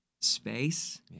space